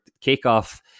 kickoff